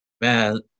man